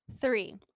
Three